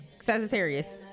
sagittarius